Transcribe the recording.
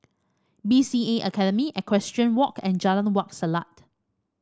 B C A Academy Equestrian Walk and Jalan Wak Selat